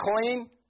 clean